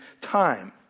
time